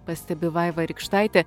pastebi vaiva rykštaitė